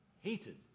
hated